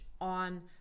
on